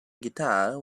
guitar